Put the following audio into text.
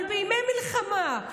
אבל בימי מלחמה,